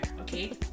Okay